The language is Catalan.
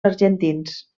argentins